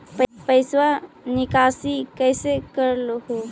पैसवा निकासी कैसे कर हो?